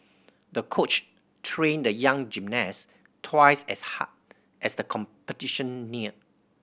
the coach trained the young gymnast twice as hard as the competition neared